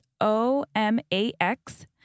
O-M-A-X-